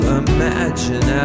imagine